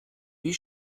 wie